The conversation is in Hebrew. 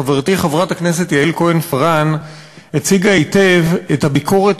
חברתי חברת הכנסת יעל כהן-פארן הציגה היטב את הביקורת